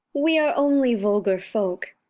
we are only vulgar folk!